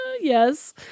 Yes